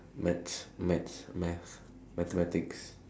maths maths maths mathematics